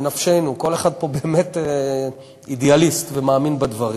בנפשנו, וכל אחד פה באמת אידיאליסט ומאמין בדברים.